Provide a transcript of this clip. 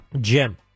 Jim